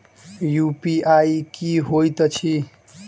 UPI की होइत अछि